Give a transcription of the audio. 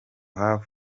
have